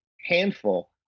handful